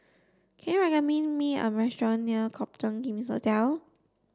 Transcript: can you me a restaurant near Copthorne King's Hotel